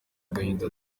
agahinda